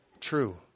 true